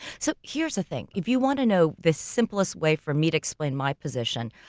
so here's a thing, if you want to know the simplest way for me to explain my position,